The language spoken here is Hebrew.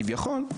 כביכול,